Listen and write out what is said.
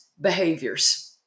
behaviors